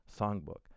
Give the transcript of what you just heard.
songbook